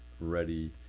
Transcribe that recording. ready